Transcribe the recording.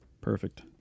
Perfect